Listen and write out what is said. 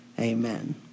Amen